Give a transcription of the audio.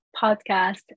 podcast